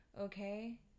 Okay